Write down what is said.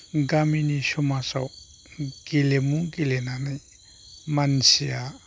गामिनि समाजाव गेलेमु गेलेनानै मानसिया